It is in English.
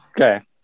Okay